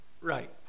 right